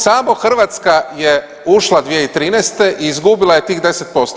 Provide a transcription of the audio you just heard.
Samo Hrvatska je ušla 2013. i izgubila je tih 10%